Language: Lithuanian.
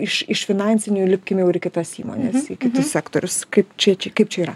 iš iš finansinių įlipkim jau ir į kitas įmones į kitus sektorius kaip čia čia kaip čia yra